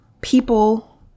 people